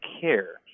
care